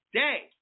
day